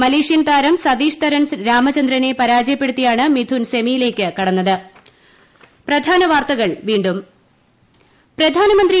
Malaysian താരം സതിഷ്തരൻ രാമചന്ദ്രനെ പരാജയപ്പെടുത്തിയാണ് മിഥുൻ സെമിയിലേക്ക് കടന്നത്